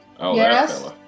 Yes